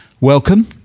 welcome